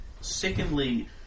Secondly